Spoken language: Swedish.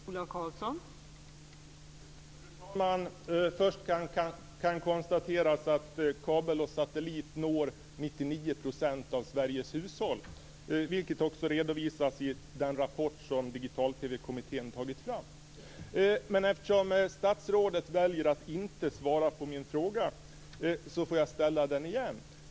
Fru talman! Först kan det konstateras att kabel-TV och satellit-TV når 99 % av Sveriges hushåll, vilket också redovisas i den rapport som Digital-TV kommittén har tagit fram. Eftersom statsrådet väljer att inte svara på min fråga får jag ställa den igen.